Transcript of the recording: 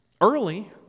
early